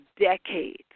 decades